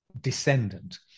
descendant